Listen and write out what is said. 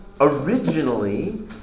originally